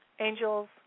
angels